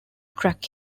track